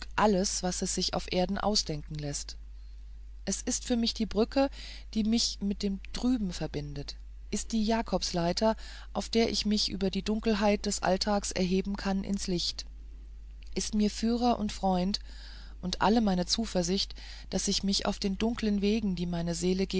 alles was sich auf erden ausdenken läßt es ist für mich die brücke die mich mit dem drüben verbindet ist die jakobsleiter auf der ich mich über die dunkelheit des alltags erheben kann ins licht ist mir führer und freund und alle meine zuversicht daß ich mich auf den dunkeln wegen die meine seele